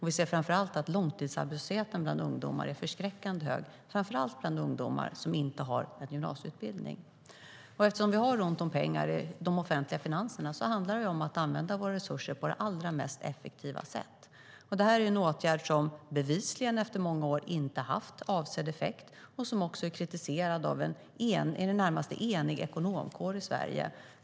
Vi ser framför allt att långtidsarbetslösheten bland ungdomar är förskräckande hög, framför allt bland ungdomar som inte har gymnasieutbildning. Eftersom vi har ont om pengar i de offentliga finanserna gäller det att använda våra resurser på det allra mest effektiva sätt. Det här är en åtgärd som bevisligen efter många år inte haft avsedd effekt och som också är kritiserad av en i det närmaste enig ekonomkår i Sverige.